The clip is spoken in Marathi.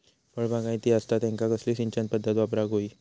फळबागायती असता त्यांका कसली सिंचन पदधत वापराक होई?